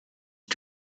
are